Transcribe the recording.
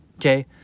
okay